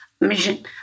mission